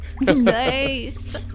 Nice